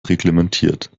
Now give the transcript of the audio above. reglementiert